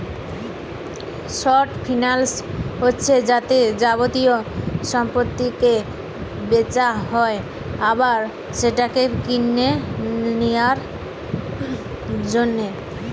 short finance হচ্ছে যাতে যাবতীয় সম্পত্তিকে বেচা হয় আবার সেটাকে কিনে লিয়ার জন্যে